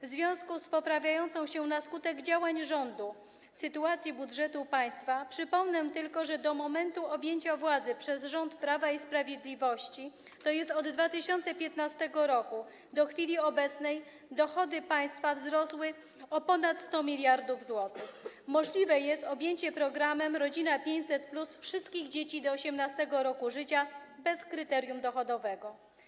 W związku z poprawiającą się na skutek działań rządu sytuacją budżetu państwa - przypomnę tylko, że do momentu objęcia władzy przez rząd Prawa i Sprawiedliwości, tj. od 2015 r. do chwili obecnej, dochody państwa wzrosły o ponad 100 mld zł - możliwe jest objęcie programem „Rodzina 500+” wszystkich dzieci do 18. roku życia bez kryterium dochodowego.